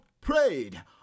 prayed